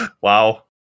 wow